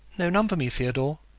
no, none for me, theodore,